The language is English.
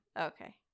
Okay